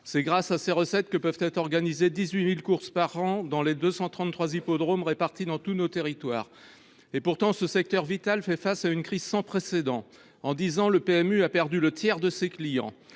C’est grâce à elles que peuvent être organisées 18 000 courses par an dans les 233 hippodromes répartis dans tous nos territoires. Pourtant, ce secteur vital fait face à une crise sans précédent. En dix ans, le PMU a perdu un tiers de ses clients.